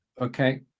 Okay